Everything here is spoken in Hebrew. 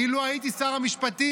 אילו הייתי שר המשפטים,